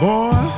Boy